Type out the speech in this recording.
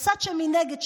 הצד שמנגד,